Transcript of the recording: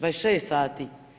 26 sati.